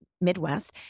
Midwest